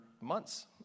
months